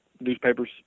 newspapers